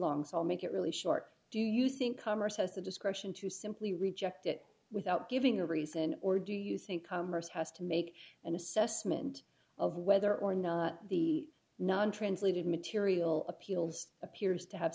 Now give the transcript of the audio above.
long so i'll make it really short do you think congress has the discretion to simply reject it without giving a reason or do you think commerce has to make an assessment of whether or not the non translated material appeals appears to have